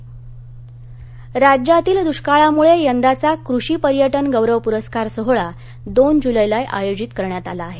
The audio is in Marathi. परस्कार राज्यातील दुष्काळामुळे यंदाचा कृषी पर्यटन गौरव पुरस्कार सोहळा दोन जुलैला आयोजित करण्यात आला आहे